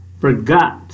forgot